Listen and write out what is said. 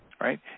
right